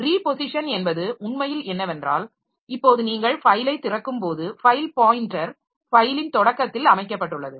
reposition என்பது உண்மையில் என்னவென்றால் இப்போது நீங்கள் ஃபைலைத் திறக்கும்போது ஃபைல் பாயின்டர் ஃபைலின் தொடக்கத்தில் அமைக்கப்பட்டுள்ளது